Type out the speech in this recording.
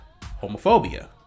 homophobia